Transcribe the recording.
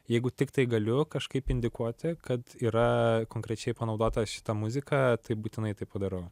jeigu tiktai galiu kažkaip indikuoti kad yra konkrečiai panaudota šita muzika tai būtinai tai padarau